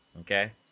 okay